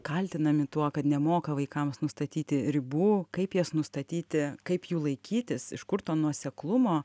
kaltinami tuo kad nemoka vaikams nustatyti ribų kaip jas nustatyti kaip jų laikytis iš kur to nuoseklumo